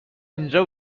اینجا